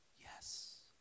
Yes